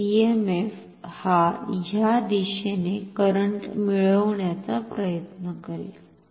तर ईएमएफ हा ह्या दिशेने करंट मिळवण्याचा प्रयत्न करेल